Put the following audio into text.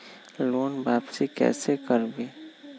Loan वापसी कैसे करबी?